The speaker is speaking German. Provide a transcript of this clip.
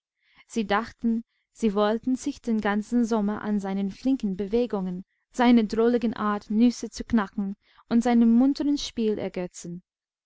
sie dachten sie wollten sich den ganzen sommer an seinen flinken bewegungen seiner drolligen art nüsse zu knacken und seinem munteren spiel ergötzen